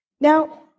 Now